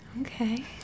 Okay